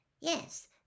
yes